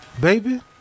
baby